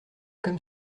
comme